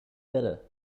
better